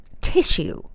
tissue